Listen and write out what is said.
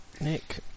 Nick